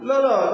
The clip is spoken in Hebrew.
לא,